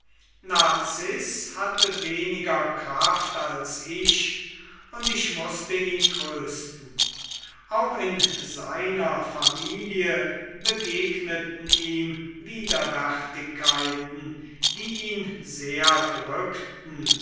narziß hatte weniger kraft als ich und ich mußte ihn trösten auch in seiner familie begegneten ihm widerwärtigkeiten die ihn sehr drückten